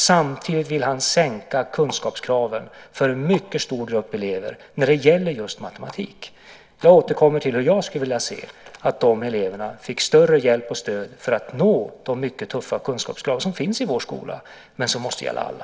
Samtidigt vill han sänka kunskapskraven för en mycket stor grupp elever när det gäller just matematik. Jag återkommer till hur jag skulle vilja se att de eleverna fick större hjälp och stöd för att nå de mycket tuffa kunskapskrav som finns i vår skola men som måste gälla alla.